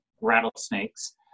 rattlesnakes